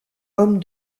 homme